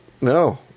No